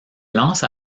lance